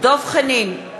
דב חנין,